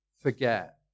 forget